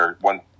one